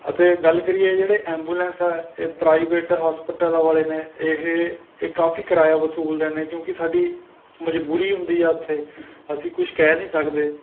ਅਤੇ ਗੱਲ ਕਰੀਏ ਜਿਹੜੇ ਐਂਬੂਲੈਂਸ ਐ ਇਹ ਪ੍ਰਾਈਵੇਟ ਹੋਸਪੀਟਲ ਵਾਲੇ ਨੇ ਇਹ ਕਾਫ਼ੀ ਕਿਰਾਇਆ ਵਸੂਲਦੇ ਨੇ ਕਿਉਂਕਿ ਸਾਡੀ ਮਜਬੂਰੀ ਹੁੰਦੀ ਹੈ ਉੱਥੇ ਅਸੀਂ ਕੁਝ ਕਹਿ ਨਹੀਂ ਸਕਦੇ